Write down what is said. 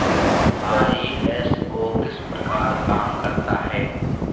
ISO किस प्रकार काम करता है